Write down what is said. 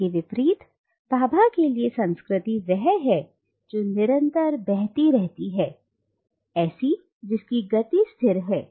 इसकी विपरीत भाभा के लिए संस्कृति वह है जो निरंतर बहती रहती है ऐसी जिसकी गति स्थिर है